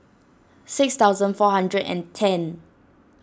six thousand four hundred and ten